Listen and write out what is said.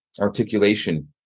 Articulation